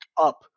up